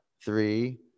three